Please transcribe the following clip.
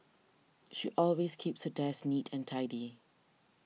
she always keeps her desk neat and tidy